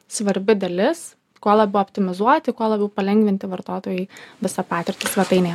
svarbi dalis kuo labiau optimizuoti kuo labiau palengvinti vartotojui visą patirtį svetainėje